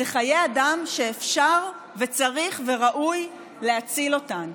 זה חיי אדם שאפשר וצריך וראוי להציל אותם.